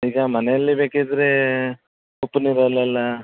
ಈಗ ಮನೆಯಲ್ಲಿ ಬೇಕಿದ್ದರೆ ಉಪ್ಪುನೀರಲ್ಲೆಲ್ಲ